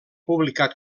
publicat